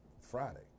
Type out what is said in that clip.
Friday